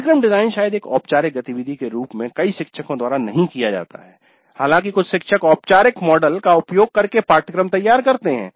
पाठ्यक्रम डिजाइन शायद एक औपचारिक गतिविधि के रूप में कई शिक्षको द्वारा नहीं किया जाता है हालांकि कुछ शिक्षक औपचारिक मॉडल का उपयोग करके पाठ्यक्रम तैयार करते हैं